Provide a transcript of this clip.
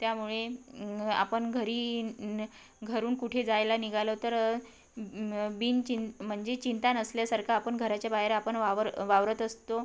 त्यामुळे आपण घरी न घरून कुठे जायला निघालो तर बिन चिं म्हणजे चिंता नसल्यासारखा आपण घराच्या बाहेर आपण वावर वावरत असतो